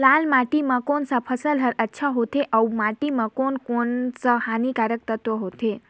लाल माटी मां कोन सा फसल ह अच्छा होथे अउर माटी म कोन कोन स हानिकारक तत्व होथे?